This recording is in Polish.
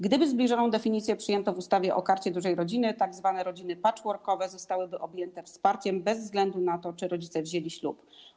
Gdyby zbliżoną definicję przyjęto w ustawie o Karcie Dużej Rodziny, tzw. rodziny patchworkowe zostałyby objęte wsparciem bez względu na to, czy rodzice wzięli ślub.